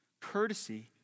courtesy